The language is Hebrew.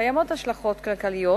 קיימות השלכות כלכליות,